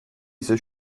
ise